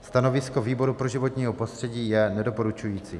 Stanovisko výboru pro životní prostředí je nedoporučující.